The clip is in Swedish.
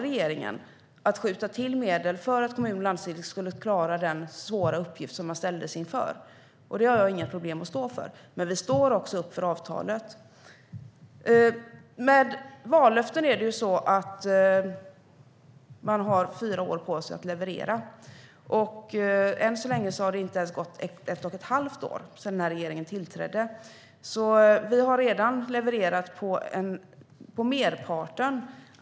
Regeringen valde att skjuta till medel för att kommuner och landsting skulle klara den svåra uppgift som de ställdes inför. Det har jag inga problem med att stå för. Men vi står också upp för avtalet. Med vallöften är det så att man har fyra år på sig att leverera. Än så länge har det inte ens gått ett och ett halvt år sedan regeringen tillträdde. Vi har redan levererat när det gäller merparten.